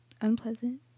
Unpleasant